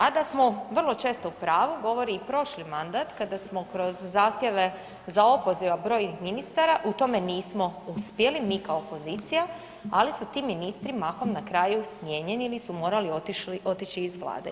A da smo vrlo često u pravu govori i prošli mandat kada smo kroz zahtjeve za opoziv brojnih ministara u tome nismo uspjeli mi kao opozicija, ali su ti ministri mahom na kraju smijenjeni ili su morali otići iz vlade.